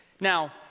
Now